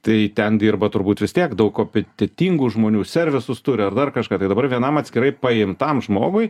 tai ten dirba turbūt vis tiek daug kompetentingų žmonių servisus turi ar dar kažką tai dabar vienam atskirai paimtam žmogui